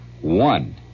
One